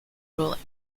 ruling